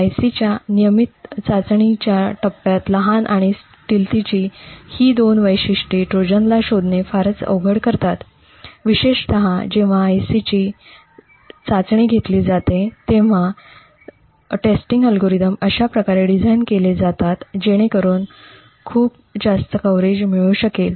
IC च्या नियमित चाचणीच्या टप्प्यात लहान आणि स्टिल्टथिची ही दोन वैशिष्ट्ये ट्रोजनाला शोधणे फारच अवघड करतात विशेषत जेव्हा IC ची चाचणी घेतली जाते तेव्हा चाचणी अल्गोरिदम अशा प्रकारे डिझाइन केले जातात जेणेकरून खूप जास्त कव्हरेज मिळू शकेल